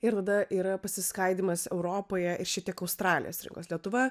ir tada yra pasiskaidymas europoje šitiek australijos rinkos lietuva